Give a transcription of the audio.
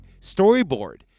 storyboard